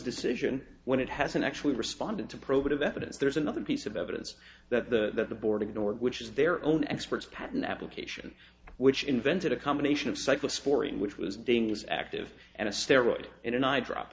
decision when it hasn't actually responded to probative evidence there's another piece of evidence that the that the board ignored which is their own experts patent application which invented a combination of cyclists for him which was beings active and a steroid in an i drop